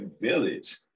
village